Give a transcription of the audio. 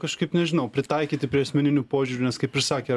kažkaip nežinau pritaikyti prie asmeninių požiūrių nes kaip ir sakė